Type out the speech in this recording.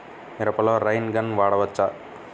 మిరపలో rain gun వాడవచ్చా?